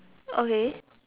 okay